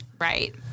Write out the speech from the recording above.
Right